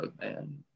man